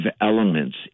elements